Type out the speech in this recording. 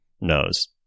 knows